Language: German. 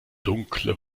dunkle